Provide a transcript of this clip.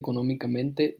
económicamente